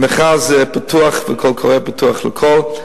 המכרז פתוח והקול קורא פתוח לכול,